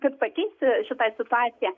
kad pakeisti šitą situaciją